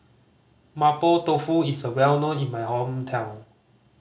Mapo Tofu is well known in my hometown